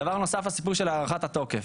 דבר נוסף, הארכת התוקף.